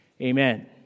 Amen